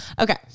Okay